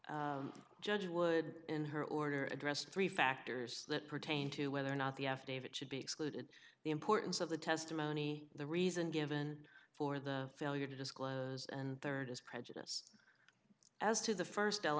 judge would in her order address three factors that pertain to whether or not the affidavit should be excluded the importance of the testimony the reason given for the failure to disclose and third as prejudice as to the first